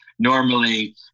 Normally